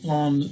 on